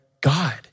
God